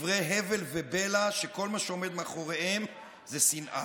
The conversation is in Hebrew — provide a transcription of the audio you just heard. דברי הבל ובלע שכל מה שעומד מאחוריהם זה שנאה.